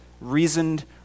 reasoned